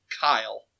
Kyle